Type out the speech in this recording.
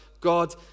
God